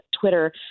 Twitter